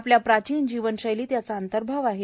आपल्या प्राचीन जीवनशैलीत याचा अंतर्भाव आहे